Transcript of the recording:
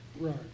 Right